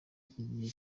igihe